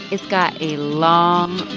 it's got a long,